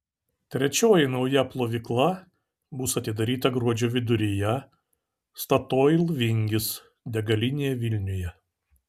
trečioji nauja plovykla bus atidaryta gruodžio viduryje statoil vingis degalinėje vilniuje